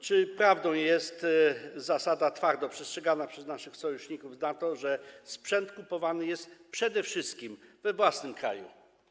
Czy prawdą jest - zasada twardo przestrzegana przez naszych sojuszników z NATO - że sprzęt jest kupowany przede wszystkim we własnym kraju?